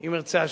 אם ירצה השם.